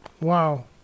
Wow